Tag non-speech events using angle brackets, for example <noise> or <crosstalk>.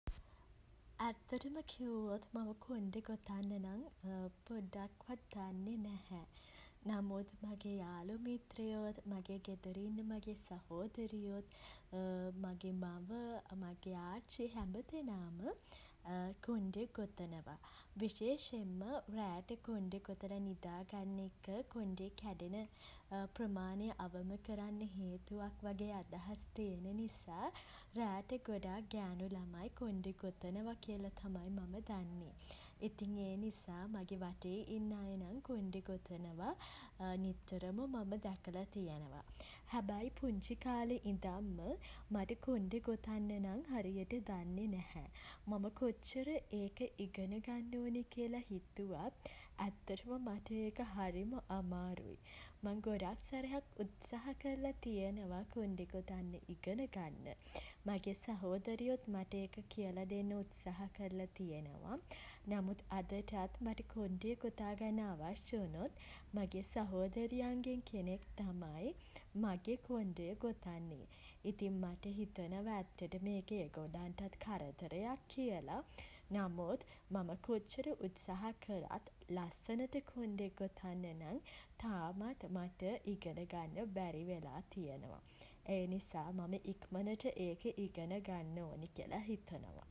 ඇත්තටම කිව්වොත් මම කොණ්ඩෙ ගොතන්න නම් <hesitation> පොඩ්ඩක්වත් දන්නේ නැහැ. නමුත් <hesitation> මගේ යාළු මිත්‍රයෝත් <hesitation> මගේ ගෙදර ඉන්න මගේ සහෝදරියොත් <hesitation> මගේ මව <hesitation> මගේ ආච්චී <hesitation> හැමදෙනාම <hesitation> කොණ්ඩෙ ගොතනවා. විශේෂයෙන්ම <hesitation> රෑට කොණ්ඩෙ ගොතලා නිදා ගන්න එක <hesitation> කොණ්ඩේ කැඩෙන <hesitation> ප්‍රමාණය අවම කරන්න හේතුවක් වගේ අදහස් තියෙන නිසා <hesitation> රෑට ගොඩාක් ගෑණු ළමයි <hesitation> කොණ්ඩේ ගොතනවා කියලා තමයි <hesitation> මම දන්නේ. ඉතින් ඒ නිසා <hesitation> මගේ වටේ ඉන්න අය නම් <hesitation> කොණ්ඩෙ ගොතනවා නිතරම මම දැකලා තියෙනවා. හැබැයි පුංචි කාලේ ඉඳන්ම මට කොණ්ඩෙ ගොතන්න නම් හරියට දන්නේ නැහැ. මම කොච්චර ඒක ඉගෙන ගන්න ඕනේ කියලා හිතුවත් <hesitation> ඇත්තටම මට ඒක හරිම අමාරුයි. මං ගොඩක් සැරයක් උත්සාහ කරලා තියෙනවා කොණ්ඩෙ ගොතන්න ඉගෙන ගන්න. මගේ සහෝදරියොත් මට ඒක කියලා දෙන්න උත්සාහ කරලා තියෙනවා. නමුත් අදටත් <hesitation> මට කොණ්ඩය ගොතා ගැන අවශ්ය වුණොත් <hesitation> මගේ සහෝදරියන්ගේ කෙනෙක් තමයි <hesitation> මගේ කොණ්ඩය ගොතන්නේ <hesitation> ඉතින් මට හිතනවා ඇත්තටම ඒක ඒගොල්ලන්ටත් කරදරයක් කියල. නමුත් මම කොච්චර උත්සාහ කළත් <hesitation> ලස්සනට කොණ්ඩෙ ගොතන්න නම් <hesitation> තාමත් මට <hesitation> ඉගෙන ගන්න බැරි වෙලා තියෙනවා. ඒ නිසා මම ඉක්මනට ඒක ඉගෙන ගන්න ඕනේ කියල හිතනවා.